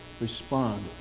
Respond